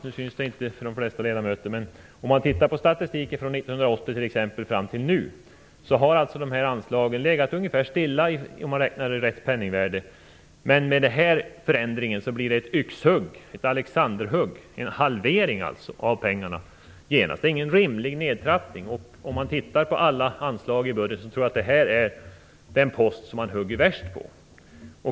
Om man tittar på statistik från t.ex. 1980 fram till nu finner man att de här anslagen har legat ungefär stilla, om man räknar i rätt penningvärde. Men med den här förändringen blir det yxhugg, ett Alexanderhugg. Det blir genast en halvering av pengarna. Det är ingen rimlig nedtrappning. Av alla anslag i budgeten tror jag att det här är den post som man hugger värst på.